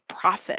profit